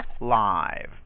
live